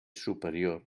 superior